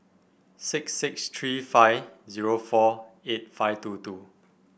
six six three five zero four eight five two two